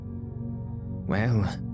Well